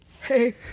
hey